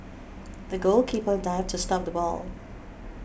the goalkeeper dived to stop the ball